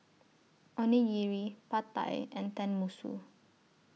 Onigiri Pad Thai and Tenmusu